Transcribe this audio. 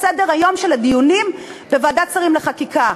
סדר-היום של הדיונים בוועדת שרים לחקיקה?